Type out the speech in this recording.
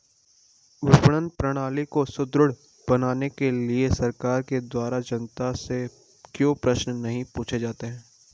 विपणन प्रणाली को सुदृढ़ बनाने के लिए सरकार के द्वारा जनता से क्यों प्रश्न नहीं पूछे जाते हैं?